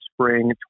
spring